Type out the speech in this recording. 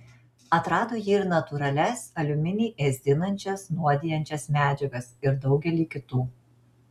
atrado ji ir natūralias aliuminį ėsdinančias nuodijančias medžiagas ir daugelį kitų